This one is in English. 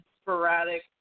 sporadic